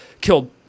Killed